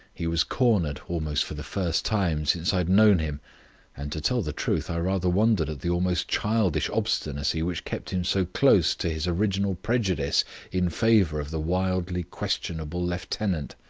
he was cornered almost for the first time since i had known him and to tell the truth i rather wondered at the almost childish obstinacy which kept him so close to his original prejudice in favour of the wildly questionable lieutenant.